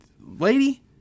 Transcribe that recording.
Lady